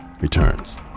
returns